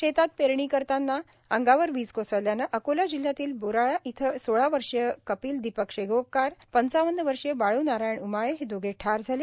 शेतात पेरणी करताना अंगावर वीज कोसळल्याने अकोला जिल्ह्यातील बोराळा इथं सोळा वर्षीय कपिल दिपक शेगोकार पंचावन्न वर्षीय बाळु नारायण उमाळे हे दोघे ठार झाले